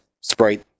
sprite